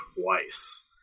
twice